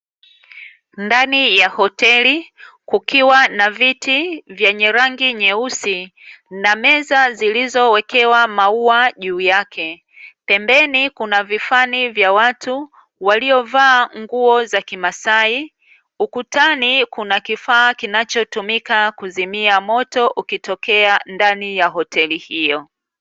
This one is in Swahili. Ndani ya hoteli, kukiwa na viti vyenye rangi nyeusi na meza zilizowekewa maua juu yake. Pembeni kuna vifani vya watu walivaa nguo za kimasai, ukutani kuna kifaa kinachotumika kuzimia moto ukitokea ndani ya hoteli hiyo.